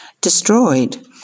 destroyed